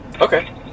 Okay